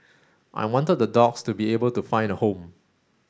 I wanted the dogs to be able to find a home